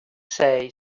say